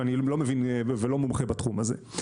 שאני לא מבין ולא מומחה בתחום הזה,